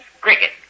cricket